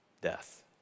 death